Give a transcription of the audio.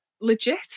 legit